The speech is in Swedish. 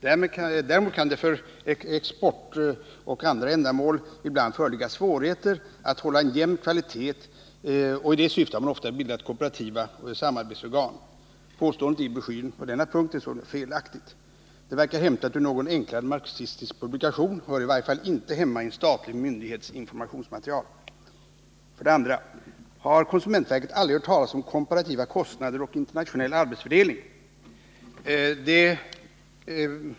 Däremot kan det för exportändamål och andra ändamål ibland föreligga svårigheter att hålla en jämn kvalitet, och i det syftet har man ofta bildat kooperativa samarbetsorgan. Påståendet i broschyren på denna punkt är således felaktigt. Det verkar vara hämtat ui någon enklare marxistisk publikation och hör i varje fall inte hemma i en statlig myndighets informationsmaterial. 2. Har konsumentverket aldrig hört talas om komparativa kostnader och internationell arbetsfördelning?